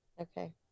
Okay